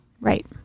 right